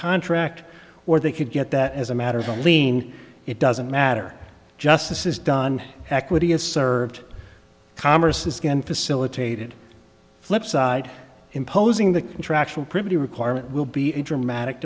contract or they could get that as a matter of a lien it doesn't matter justice is done equity is served commerce has been facilitated flipside imposing the contractual pretty requirement will be a dramatic